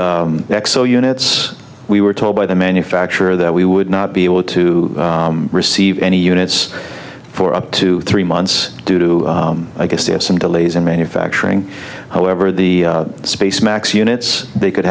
units we were told by the manufacturer that we would not be able to receive any units for up to three months due to i guess there are some delays in manufacturing however the space max units they could